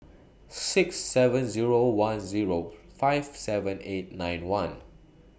six seven Zero one Zero five seven eight nine one